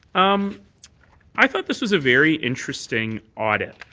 um i thought this was a very interesting audit.